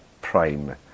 prime